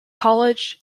college